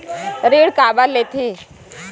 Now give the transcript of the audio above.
ऋण काबर लेथे?